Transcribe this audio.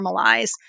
normalize